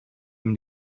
mynd